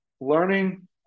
learning